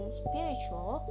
spiritual